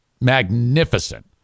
magnificent